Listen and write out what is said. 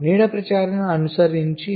నీడ ప్రచారం అంటే అనుసరించు